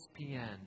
ESPN